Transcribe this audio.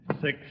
Six